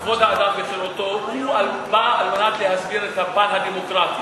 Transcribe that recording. וחירותו בא על מנת להסביר את הפן הדמוקרטי.